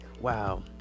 wow